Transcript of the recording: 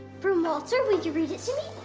from walter? will you read it to me?